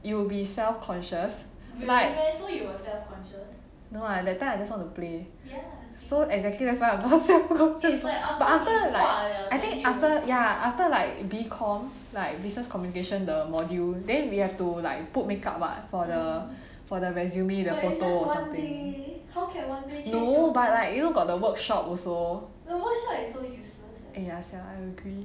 you will be self conscious like no lah that time I just want to play so exactly that's why I'm now self conscious but after like I think after ya after like B comm like business communication the module then we have to like put make up [what] for the for the resume the photo or something no but like you know got the workshop also eh ya sia I agree